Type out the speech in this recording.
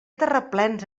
terraplens